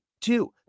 Two